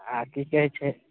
आ की कहै छै